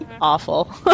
awful